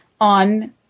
on